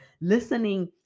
listening